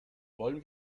wollen